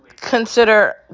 consider